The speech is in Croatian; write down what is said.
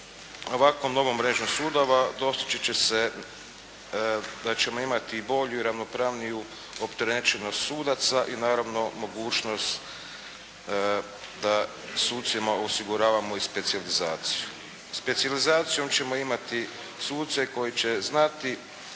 ovakvom novom mrežom sudova dostići će se da ćemo imati bolju i ravnopravniju opterećenost sudaca i naravno i mogućnost da sucima osiguravamo i specijalizaciju. Specijalizacijom ćemo imati suce koji će znati,